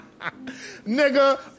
Nigga